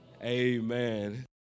Amen